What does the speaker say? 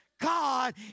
God